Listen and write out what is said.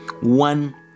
one